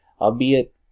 albeit